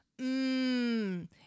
Mmm